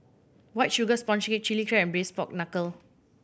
White Sugar Sponge Cake Chili Crab and Braised Pork Knuckle